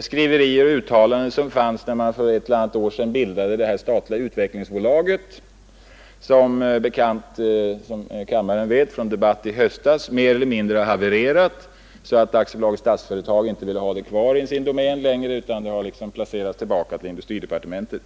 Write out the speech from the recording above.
skriverier och uttalanden som gjordes, när man för ett eller annat år sedan bildade det statliga utvecklingsbolaget, vilket — som kammaren vet från en debatt i höstas — mer eller mindre har havererat, så att Statsföretag AB inte längre vill ha det kvar inom sin domän utan det har placerats tillbaka till industridepartementet.